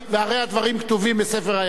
והרי הדברים כתובים בספר דברי הימים.